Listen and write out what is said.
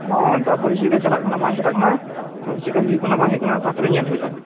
ᱦᱮᱸ ᱛᱟᱯᱚᱨ ᱪᱮᱫ ᱞᱮᱠᱟ ᱪᱟᱞᱟᱜ ᱠᱟᱱᱟ ᱵᱟᱝ ᱪᱟᱞᱟᱜ ᱠᱟᱱᱟ ᱛᱚ ᱪᱮᱫ ᱞᱮᱠᱟ ᱦᱩᱭᱩᱜ ᱠᱟᱱᱟ ᱵᱟᱝ ᱦᱩᱭᱩᱜ ᱠᱟᱱᱟ ᱛᱟᱯᱚᱨᱮ ᱧᱮᱞ ᱦᱩᱭᱩᱜᱼᱟ